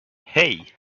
hey